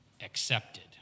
accepted